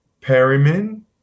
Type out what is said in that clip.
Perryman